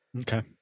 Okay